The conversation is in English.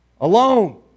alone